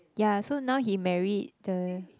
yeah so now he married the